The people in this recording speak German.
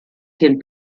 den